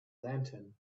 lantern